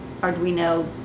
Arduino